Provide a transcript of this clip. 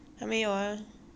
我是明